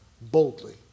boldly